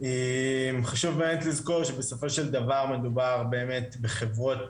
חשוב לזכור שבסופו של דבר מדובר באמת בחברות